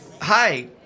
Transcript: Hi